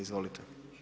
Izvolite.